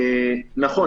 נכון,